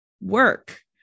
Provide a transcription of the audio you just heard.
work